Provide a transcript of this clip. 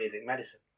medicine